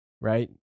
right